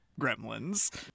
Gremlins